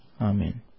Amen